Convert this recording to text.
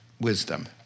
wisdom